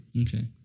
Okay